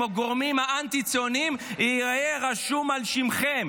הגורמים האנטי-ציוניים יהיה רשום על שמכם.